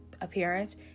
appearance